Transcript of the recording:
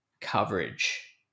coverage